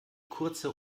kurze